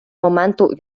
моменту